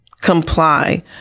comply